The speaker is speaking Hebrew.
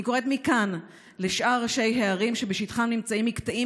אני קוראת מכאן לשאר ראשי הערים שבשטחן נמצאים מקטעים